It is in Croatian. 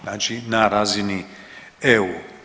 Znači na razini EU.